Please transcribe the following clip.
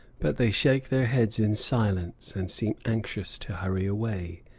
but they shake their heads in silence, and seem anxious to hurry away.